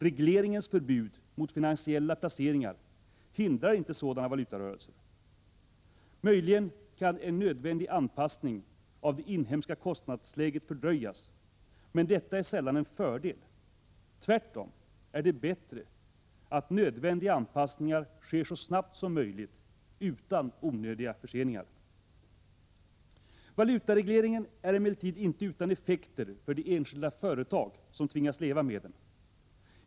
Regleringens förbud mot finansiella placeringar hindrar inte sådana valutarörelser. Möjligen kan en nödvändig anpassning av det inhemska kostnadsläget fördröjas, men detta är sällan en fördel. Tvärtom är det bättre att nödvändiga anpassningar sker så snabbt som möjligt, utan onödiga förseningar. Valutaregleringen är emellertid inte utan effekter för de enskilda företag som tvingas leva med den.